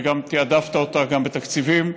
ותעדפת אותה גם בתקציבים,